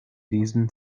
diesen